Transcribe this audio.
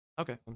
Okay